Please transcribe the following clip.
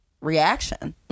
reaction